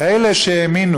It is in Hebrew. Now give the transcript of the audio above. אלה שהאמינו